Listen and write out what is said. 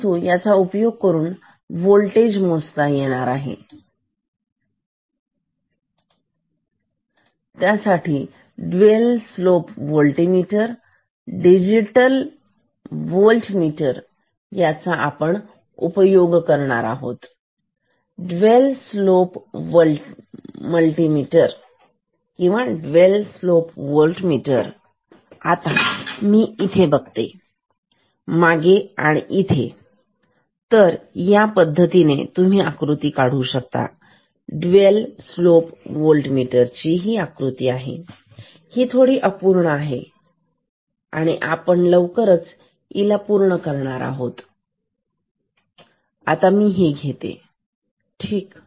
परंतु याचा उपयोग करून व्होल्टेज मोजता येईल dual slope voltmeter digital voltmeter चा उपयोग करून तर काय आहे हे ड्युएल स्लोप वोल्टमीटर आता मी इथे बघते मागे आणि इथे तर या पद्धतीने तुम्ही त्याची आकृती काढू शकता ड्युएल स्लोप वोल्टमीटरची ही आकृती थोडी अपूर्ण आहे आणि आपण लवकरच त्याला पूर्ण करणार आहोत तर आता मी हे घेते ठीक